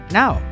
now